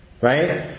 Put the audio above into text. Right